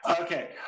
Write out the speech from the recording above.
Okay